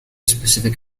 specific